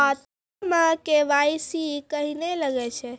खाता मे के.वाई.सी कहिने लगय छै?